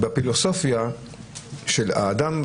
בפילוסופיה של האדם,